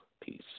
Peace